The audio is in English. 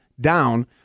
down